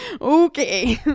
okay